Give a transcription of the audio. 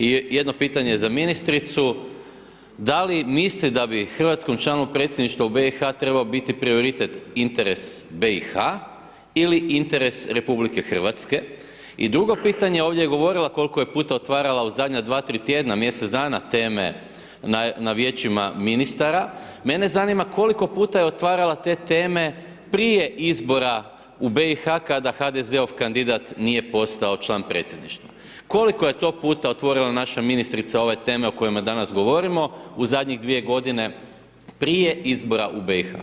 I jedno pitanje za ministricu, da li misli da bi hrvatskom članku predsjedništva u BiH-a trebao biti prioritet, interes BiH ili interes Republike Hrvatske, i drugo pitanje, ovdje je govorila kol'ko je puta otvarala u zadnja dva, tri tjedna, mjesec dana, teme na vijećima ministara, mene zanima koliko puta je otvarala te teme prije izbora u BiH, kada HDZ-ov kandidat nije postao član predsjedništva, koliko je to puta otvorila naša ministrica ove teme o kojima danas govorimo u zadnjih dvije godine prije izbora u BiH?